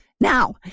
Now